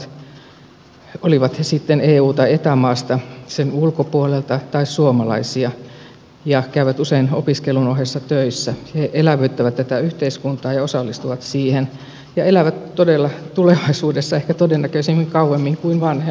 opiskelijat olivat he sitten eu tai eta maasta sen ulkopuolelta tai suomalaisia käyvät usein opiskelun ohessa töissä elävöittävät tätä yhteiskuntaa ja osallistuvat siihen ja elävät todella tulevaisuudessa ehkä todennäköisimmin kauemmin kuin vanhempansa